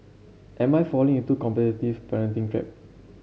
am I falling into the competitive parenting trap